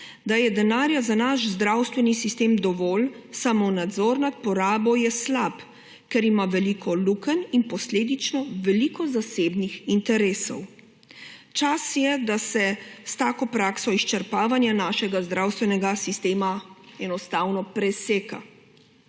da je denarja za naš zdravstveni sistem dovolj, samo nadzor nad porabo je slab, ker ima veliko lukenj in posledično veliko zasebnih interesov. Čas je, da se s tako prakso izčrpavanja našega zdravstvenega sistema enostavno preseka.